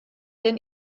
denn